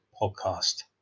podcast